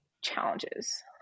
challenges